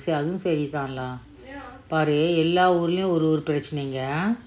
அதுவும் சரி தா:athuvum sari thaa lah பாரு எல்லா ஊர்லயும் ஒரு ஒரு பிரச்சனைங்க:paaru ella uurulayum oru oru perachanainga